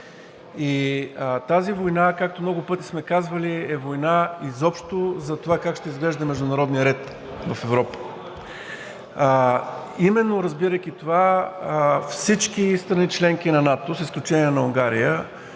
Тази война, както много пъти сме казвали, е война изобщо за това как ще изглежда международният ред в Европа. Именно разбирайки това, всички страни членки на НАТО, с изключение на Унгария,